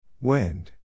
Wind